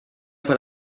per